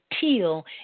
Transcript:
teal